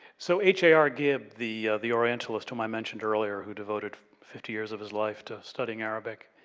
so, h a r. gibb the the orientalist whom i mentioned earlier, who devoted fifty years of his life to studying arabic,